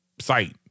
site